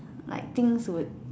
like things would